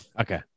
okay